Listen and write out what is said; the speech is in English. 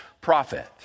prophet